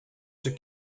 czy